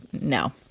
no